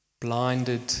blinded